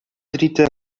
dritte